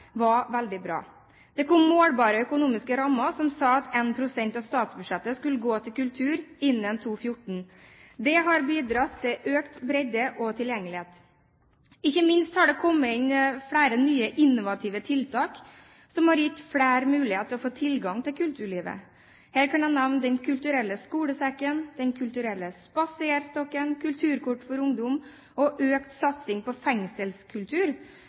var veldig bra. Det kom målbare økonomiske rammer som sa at 1 pst. av statsbudsjettet skulle gå til kultur innen 2014. Det har bidratt til økt bredde og tilgjengelighet. Ikke minst har det kommet inn flere nye innovative tiltak, som har gitt flere mulighet til å få tilgang til kulturlivet. Her kan jeg nevne Den kulturelle skolesekken, Den kulturelle spaserstokken, kulturkort for ungdom – og økt satsing på fengselskultur,